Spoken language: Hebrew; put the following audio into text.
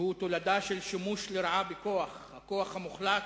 שהוא תולדה של שימוש לרעה בכוח, הכוח המוחלט,